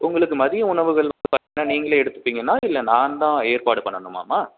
உங்களுக்கு மதிய உணவுகள்னு பார்த்தீங்கன்னா நீங்களே எடுத்துப்பீங்கன்னா இல்லை நான் தான் ஏற்பாடு பண்ணணுமாம்மா